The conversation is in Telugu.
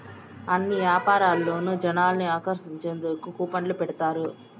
అన్ని యాపారాల్లోనూ జనాల్ని ఆకర్షించేందుకు కూపన్లు పెడతారు